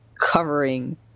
covering